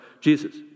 Jesus